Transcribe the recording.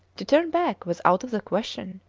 to turn back was out of the question.